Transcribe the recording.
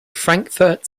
frankfurt